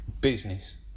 business